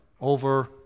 over